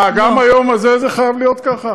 מה, גם היום הזה זה חייב להיות ככה?